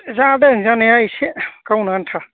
जादों जानाया एसे गावनो आन्था